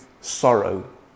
sorrow